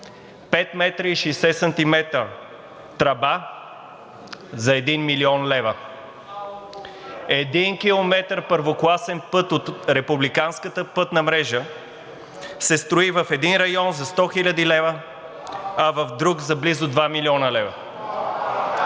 5 метра и 60 сантиметра тръба за 1 млн. лв.; 1 км първокласен път от републиканската пътна мрежа се строи в един район за 100 хил. лв., а в друг за близо 2 млн. лв.